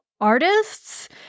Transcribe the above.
artists